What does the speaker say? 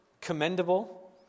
commendable